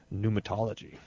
pneumatology